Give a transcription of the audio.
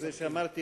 שאמרתי,